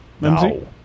No